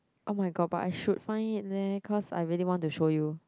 oh-my-god but I should find it leh cause I really want to show you